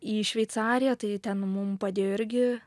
į šveicariją tai ten mum padėjo irgi